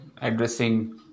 addressing